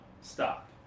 stop